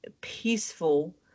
peaceful